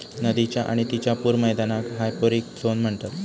नदीच्य आणि तिच्या पूर मैदानाक हायपोरिक झोन म्हणतत